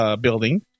building